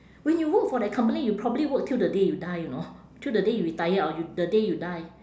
when you work for that company you probably work till the day you die you know till the day you retire or you the day you die